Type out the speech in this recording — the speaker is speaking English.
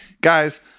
Guys